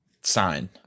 sign